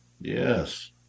Yes